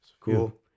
Cool